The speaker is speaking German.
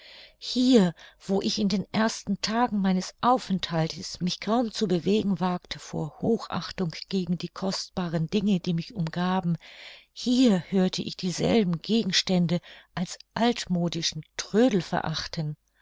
hier wo ich in den ersten tagen meines aufenthaltes mich kaum zu bewegen wagte vor hochachtung gegen die kostbaren dinge die mich umgaben hier hörte ich dieselben gegenstände als altmodischen trödel verachten